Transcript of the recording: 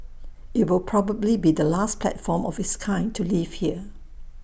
IT will probably be the last platform of its kind to leave here